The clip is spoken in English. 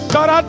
God